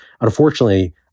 Unfortunately